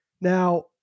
Now